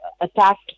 attacked